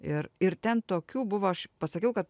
ir ir ten tokių buvo aš pasakiau kad